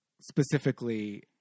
specifically